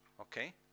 Okay